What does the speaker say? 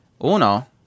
Uno